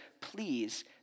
please